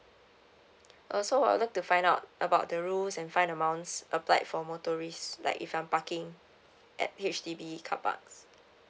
also I would like to find out about the rules and fine amounts applied for motorists like if I'm parking at H_D_B car parks